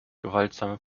gewaltsame